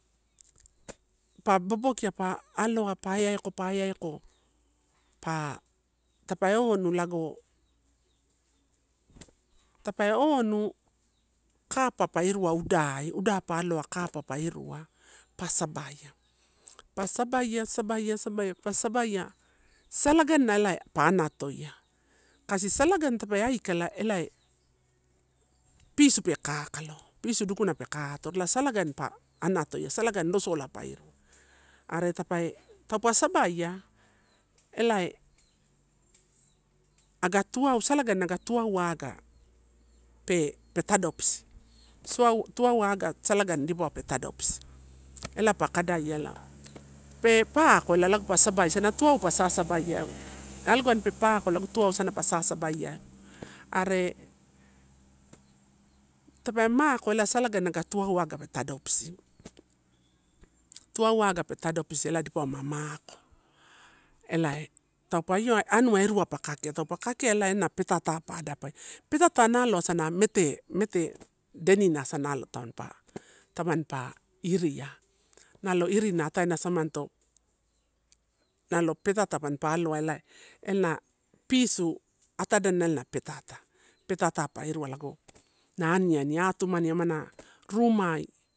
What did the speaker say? Pa bobokia, pa aloa pai aiaiko, pa aiaiko pa, tape onu lago, tape onu kapa pa irua udai. Uda pa aloa kapapa irua pa sabaia, pa sabaia, sabaia, pa sabaia, salagani na pa anatoia, kasi salagani tape aikala pisu pe kakalo, pisu dukuna peka atoro ela salagaru pa anatoaina salagani losola pa irua are tape, taupa sabaia elaee aga tuau, salagani aga tuauai aga pe tadopisi. Sua tuauai aga salagani pe tadopisi ela pa kadaia ela pe pako ela lago pa sabaia asana tuau pa sasabaiau alogani pe pako tuau asana pa sasa baiaeu. Are tape mako salagani ago tuau ago pe tadopisi. Tuau ago pe tadopisi ela dipauwa ma mako elae taupa ioa anua eruei pa kakea, kakea ela ena petatai pa adapaia, petata nalo esana mete, mete denina asana taupa iria, tanampa iria nalo irina ataena tamanto nalo peta tamanpa aloaela na pisu atadana na petata, petatai pa rua lago na aniani atumani amuna rumai.